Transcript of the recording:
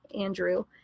andrew